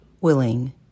willing